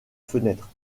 fenêtre